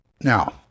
Now